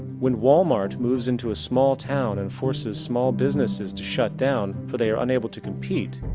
when walmart moves into a small town and forces small businesses to shut down for they are unable to compete,